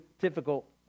difficult